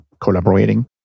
collaborating